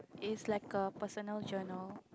is like a personal journal